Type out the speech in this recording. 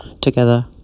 together